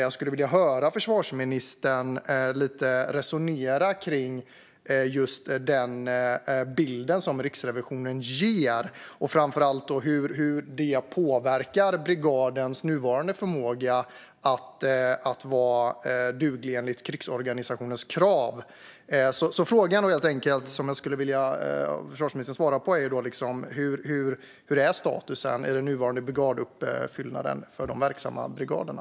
Jag skulle vilja höra försvarsministern resonera om den bild som Riksrevisionen ger, framför allt hur det påverkar brigadens nuvarande förmåga att vara duglig enligt krigsorganisationens krav. Hur är statusen i den nuvarande brigaduppfyllnaden för de verksamma brigaderna?